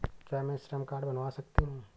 क्या मैं श्रम कार्ड बनवा सकती हूँ?